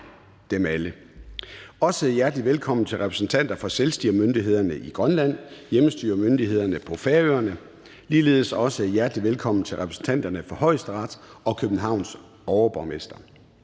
Dem alle. Også hjerteligt velkommen til repræsentanterne for selvstyremyndighederne i Grønland og hjemmestyremyndighederne på Færøerne. Ligeledes også hjerteligt velkommen til repræsentanterne for Højesteret og Københavns overborgmester.